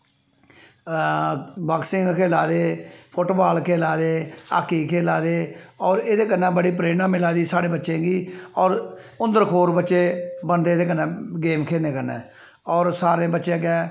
boxing खेला दे football खेला दे हाकी खेला दे और एह्दै कन्नै बड़ी प्रेरणा मिली दी साढ़े बच्चें गी और हुंदरहोर बड्डे बनदे एह्दै कन्नै गेम खेलनै कन्नै और सारें बच्चें अग्गैं